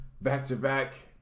back-to-back